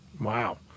Wow